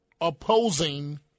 opposing